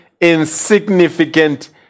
insignificant